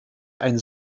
ein